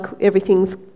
everything's